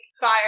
fire